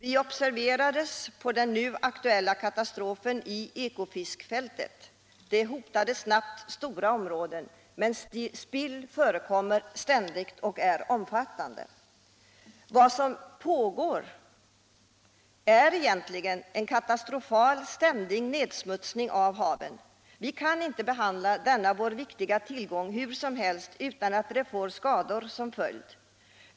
Vi gjordes uppmärksamma på den nu aktuella katastrofen i Ekofiskfältet — den hotade snabbt stora områden. Men spill förekommer ständigt och är omfattande. Vad som pågår är egentligen en katastrofal ständig nedsmutsning av haven. Vi kan inte behandla denna vår viktiga tillgång hur som helst utan att det får skador som följd.